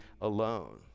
alone